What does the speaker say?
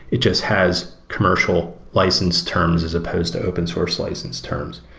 it just has commercial license terms as supposed to open-source license terms.